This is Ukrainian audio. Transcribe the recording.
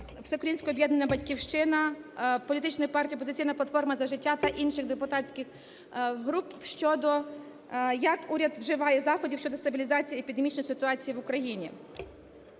політичної партії "Опозиційна платформа – За життя" та інших депутатських груп щодо… як уряд вживає заходів щодо стабілізації епідемічної ситуації в Україні?